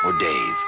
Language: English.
ah dave?